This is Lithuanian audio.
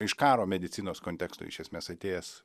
iš karo medicinos konteksto iš esmės atėjęs